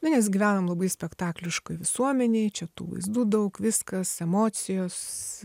nu nes gyvenam labai spektakliškoj visuomenėj čia tų vaizdų daug viskas emocijos